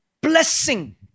blessing